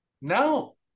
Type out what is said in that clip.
No